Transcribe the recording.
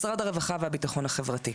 משרד הרווחה והביטחון החברתי,